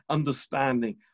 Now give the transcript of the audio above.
understanding